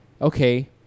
okay